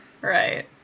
Right